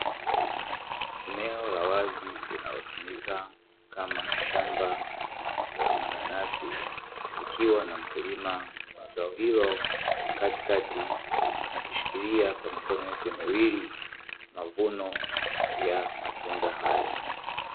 eneo la wazi linalotumika kama shamba la mananasi likiwa na mkulima wa shamba hilo katikati, akishikilia kwa mikono yote miwili mavuno ya matunda hayo.